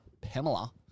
Pamela